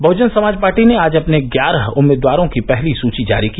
Bahujan Samaj Party ने आज अपने ग्यारह उम्मीदवारों की पहली सुची जारी की